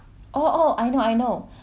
好像是什么 err